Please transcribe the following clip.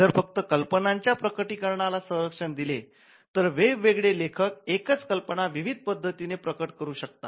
जर फक्त कल्पनाच्या प्रकटीकारणाला संरक्षण दिले तर वेगवेगळे लेखक एकच कल्पना विविध पद्धतीने प्रकट करू शकतात